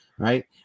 right